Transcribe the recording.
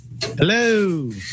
Hello